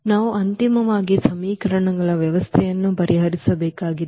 ನಾವು ಅಂತಿಮವಾಗಿ ಸಮೀಕರಣಗಳ ವ್ಯವಸ್ಥೆಯನ್ನು ಪರಿಹರಿಸಬೇಕಾಗಿದೆ